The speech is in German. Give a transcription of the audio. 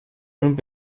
und